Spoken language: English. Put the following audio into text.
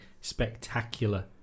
spectacular